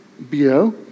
BO